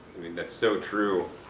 i mean that's so true.